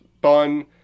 bun